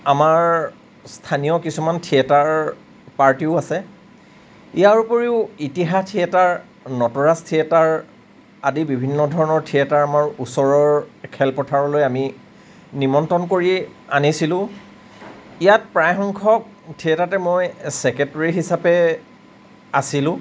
আমাৰ স্থানীয় কিছুমান থিয়েটাৰ পাৰ্টিও আছে ইয়াৰ উপৰিও ইতিহাস থিয়েটাৰ নটৰাজ থিয়েটাৰ আদি বিভিন্ন ধৰণৰ থিয়েটাৰ আমাৰ ওচৰৰ খেলপথাৰলৈ আমি নিমন্ত্ৰণ কৰি আনিছিলোঁ ইয়াত প্ৰায়সংখ্যক থিয়েটাৰতে মই চেক্ৰেটেৰী হিচাপে আছিলোঁ